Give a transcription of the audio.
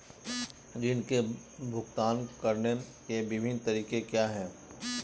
ऋृण के भुगतान करने के विभिन्न तरीके क्या हैं?